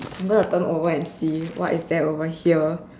I'm going to turn over and see what is there over here